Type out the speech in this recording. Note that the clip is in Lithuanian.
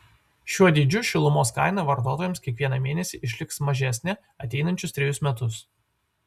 šiuo dydžiu šilumos kaina vartotojams kiekvieną mėnesį išliks mažesnė ateinančius trejus metus